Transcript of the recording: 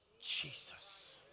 Jesus